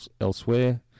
elsewhere